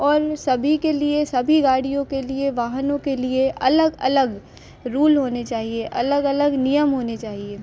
और सभी के लिए सभी गाड़ियों के लिए वाहनों के लिए अलग अलग रूल होने चाहिए अलग अलग नियम होने चाहिए